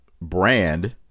brand